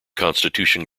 constitution